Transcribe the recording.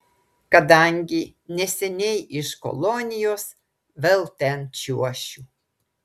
kadangi neseniai iš kolonijos vėl ten čiuošiu